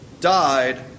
died